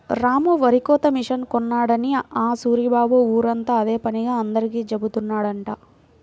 రాము వరికోత మిషన్ కొన్నాడని ఆ సూరిబాబు ఊరంతా అదే పనిగా అందరికీ జెబుతున్నాడంట